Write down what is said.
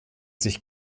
sich